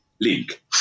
link